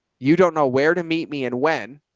you don't know where to meet me and when,